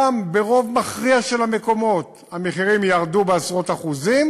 גם ברוב מכריע של המקומות המחירים ירדו בעשרות אחוזים,